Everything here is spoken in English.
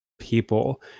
people